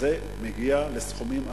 שזה מגיע לסכומים אסטרונומיים.